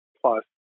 plus